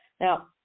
Now